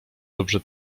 dobrze